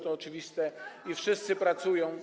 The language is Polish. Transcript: To oczywiste i wszyscy pracują.